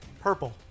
Purple